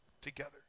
together